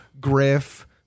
Griff